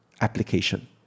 application